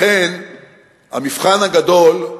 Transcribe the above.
לכן המבחן הגדול,